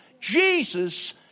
Jesus